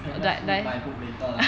can just read my book later lah